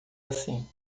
assim